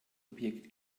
objekt